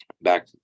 back